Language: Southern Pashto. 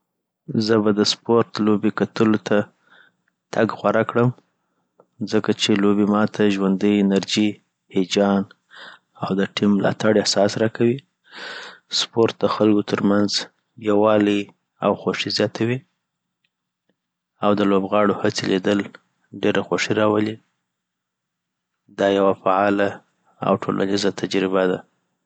زه به د سپورټ لوبې کتلو ته تګ غوره کړم ځکه چې لوبې ما ته ژوندۍ انرژي، هیجان او د ټیم ملاتړ احساس راکوي. سپورټ د خلکو ترمنځ یووالی او خوښۍ زیاتوي، او د لوبغاړو هڅې لیدل ډېره خوښي راولي .دا یوه فعاله او ټولنیزه تجربه ده